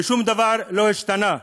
ושום דבר לא השתנה.